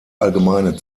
allgemeine